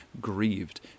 grieved